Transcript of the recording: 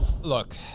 Look